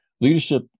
leadership